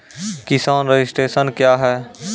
किसान रजिस्ट्रेशन क्या हैं?